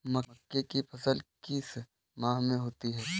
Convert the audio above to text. मक्के की फसल किस माह में होती है?